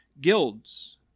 guilds